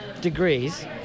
degrees